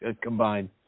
combined